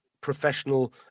professional